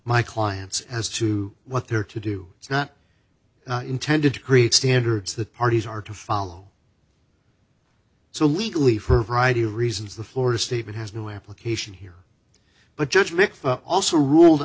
my clients as to what they're to do it's not intended to create standards that parties are to follow so legally for a variety of reasons the florida state has no application here but judge rick also rule